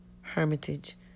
Hermitage